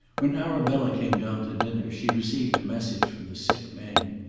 when arabella came down to dinner she received a message from the sick man.